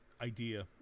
idea